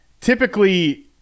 typically